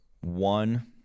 one